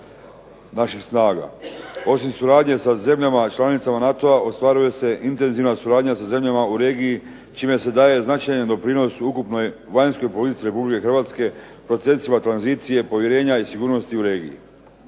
naših snaga. Osim suradnje sa zemljama članicama NATO-a ostvaruje se intenzivna suradnja sa zemljama u regiji čime se daje značajan doprinos ukupnoj vanjskoj politici Republike Hrvatske, procesima tranzicije, povjerenja i sigurnosti u regiji.